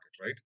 right